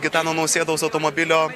gitano nausėdos automobilio